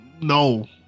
no